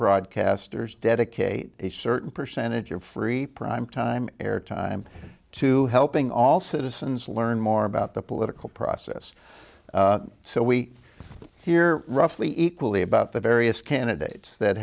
broadcasters dedicate a certain percentage of free primetime airtime to helping all citizens learn more about the political process so we hear roughly equally about the arius candidates that